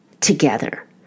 together